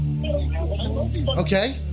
Okay